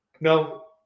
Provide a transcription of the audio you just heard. No